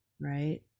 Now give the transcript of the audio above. Right